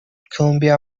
cumbia